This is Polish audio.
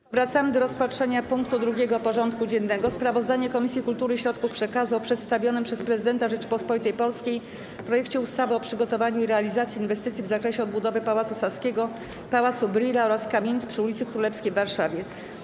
Powracamy do rozpatrzenia punktu 2. porządku dziennego: Sprawozdanie Komisji Kultury i Środków Przekazu o przedstawionym przez Prezydenta Rzeczypospolitej Polskiej projekcie ustawy o przygotowaniu i realizacji inwestycji w zakresie odbudowy Pałacu Saskiego, Pałacu Brühla oraz kamienic przy ulicy Królewskiej w Warszawie.